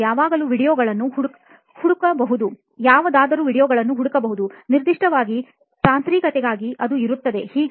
ನೀವು ಯಾವುದಾದರೂ ವೀಡಿಯೊಗಳನ್ನು ಹುಡುಕಬಹುದು ನಿರ್ದಿಷ್ಟವಾಗಿ ತಾಂತ್ರಿಕತೆಗಾಗಿ ಅದು ಇರುತ್ತದೆ